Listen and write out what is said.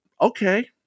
okay